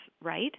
right